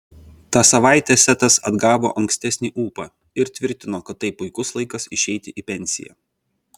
tą savaitę setas atgavo ankstesnį ūpą ir tvirtino kad tai puikus laikas išeiti į pensiją